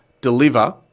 deliver